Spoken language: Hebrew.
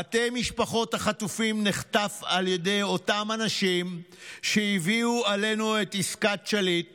"מטה משפחות החטופים נחטף על ידי אותם אנשים שהביאו עלינו את עסקת שליט